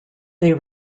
they